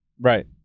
Right